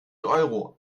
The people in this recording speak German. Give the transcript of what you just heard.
euro